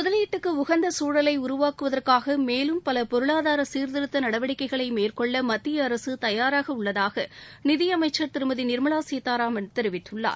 முதலீட்டுக்கு உகந்த சூழலை உருவாக்குவதற்காக மேலும் பல பொருளாதார சீர்த்திருத்த நடவடிக்கைகளை மேற்கொள்ள மத்திய அரசு தயாராக உள்ளதாக நிதி அமைச்சர் திருமதி நிர்மலா சீதாராமன் தெரிவித்துள்ளார்